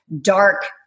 dark